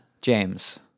James